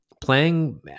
playing